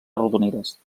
arrodonides